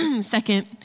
Second